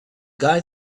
guy